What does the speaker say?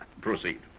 Proceed